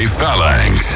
Phalanx